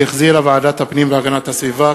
שהחזירה ועדת הפנים והגנת הסביבה.